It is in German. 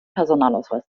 personalausweis